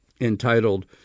entitled